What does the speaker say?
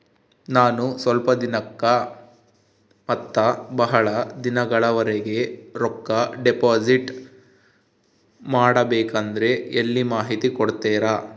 ನಾನು ಸ್ವಲ್ಪ ದಿನಕ್ಕ ಮತ್ತ ಬಹಳ ದಿನಗಳವರೆಗೆ ರೊಕ್ಕ ಡಿಪಾಸಿಟ್ ಮಾಡಬೇಕಂದ್ರ ಎಲ್ಲಿ ಮಾಹಿತಿ ಕೊಡ್ತೇರಾ?